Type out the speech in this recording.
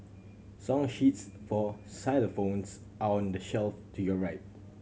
song sheets for xylophones are on the shelf to your right